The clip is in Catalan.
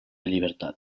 llibertat